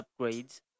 upgrades